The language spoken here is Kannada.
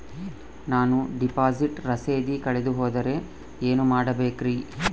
ನಾನು ಡಿಪಾಸಿಟ್ ರಸೇದಿ ಕಳೆದುಹೋದರೆ ಏನು ಮಾಡಬೇಕ್ರಿ?